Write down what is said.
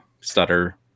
stutter